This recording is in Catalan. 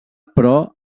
però